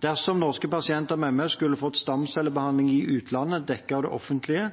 Dersom norske pasienter med MS skulle fått stamcellebehandling i utlandet dekket av det offentlige,